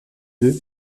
deux